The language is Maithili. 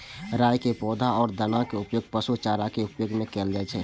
राइ के पौधा आ दानाक उपयोग पशु चारा के रूप मे कैल जाइ छै